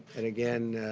and again